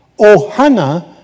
Ohana